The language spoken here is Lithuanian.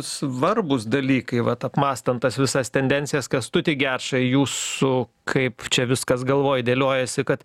svarbūs dalykai vat apmąstant tas visas tendencijas kęstutį gečai jūsų kaip čia viskas galvoj dėliojasi kad